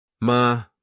Ma